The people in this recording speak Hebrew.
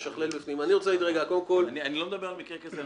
אני לא מדבר על מקרה כזה.